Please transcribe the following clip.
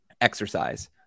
exercise